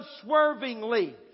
unswervingly